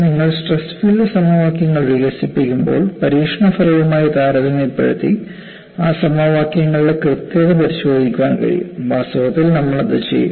നിങ്ങൾ stress field സമവാക്യങ്ങൾ വികസിപ്പിക്കുമ്പോൾ പരീക്ഷണ ഫലവുമായി താരതമ്യപ്പെടുത്തി ആ സമവാക്യങ്ങളുടെ കൃത്യത പരിശോധിക്കാൻ കഴിയും വാസ്തവത്തിൽ നമ്മൾ അത് ചെയ്യും